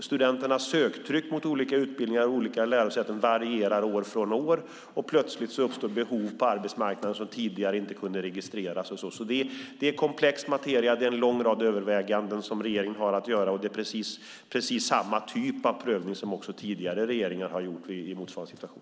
Studenternas söktryck på olika utbildningar och lärosäten varierar år från år, och plötsligt uppstår behov på arbetsmarknaden som tidigare inte kunde registreras. Det är komplex materia, och det är en lång rad överväganden som regeringen har att göra. Det är precis samma typ av prövning som tidigare regeringar har gjort i motsvarande situation.